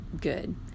good